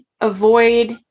avoid